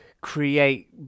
create